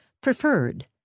preferred